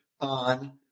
on